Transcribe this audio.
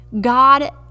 God